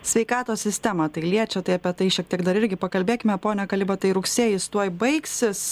sveikatos sistemą tai liečia tai apie tai šiek tiek dar irgi pakalbėkime pone kalibatai rugsėjis tuoj baigsis